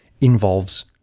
involves